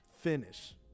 finish